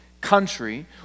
country